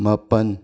ꯃꯥꯄꯟ